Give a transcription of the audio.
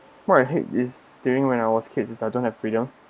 kind of hate this thing when I was kid is I don't have freedom